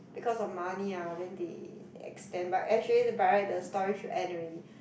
because of money ah then they extend but actually the by right the story should end already